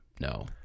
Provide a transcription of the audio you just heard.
No